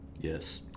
Yes